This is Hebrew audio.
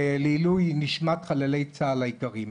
לעילוי נשמת חללי צה"ל היקרים.